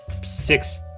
six